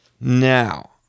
Now